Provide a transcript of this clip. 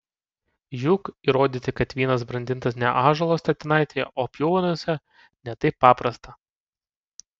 juk įrodyti kad vynas brandintas ne ąžuolo statinaitėje o pjuvenose ne taip paprasta